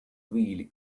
really